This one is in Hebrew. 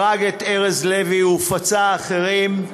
הרג את ארז לוי ופצע אחרים.